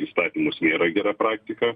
įstatymus nėra gera praktika